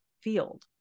field